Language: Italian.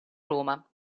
roma